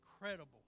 incredible